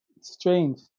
strange